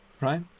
right